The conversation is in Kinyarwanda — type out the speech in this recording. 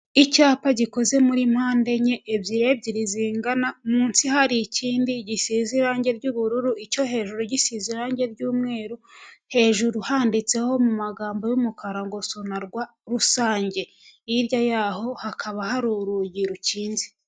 Icyapa gikoze muri mpande enye, ebyiri ebyiri zingana, munsi hari ikindi gisize irangi ry'ubururu, icyo hejuru gisize irangi ry'umweru, hejuru handitseho mu magambo y'umukara ngo sonarwa rusange, hirya yaho hakaba hari urugi rukinze.